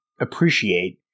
appreciate